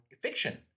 fiction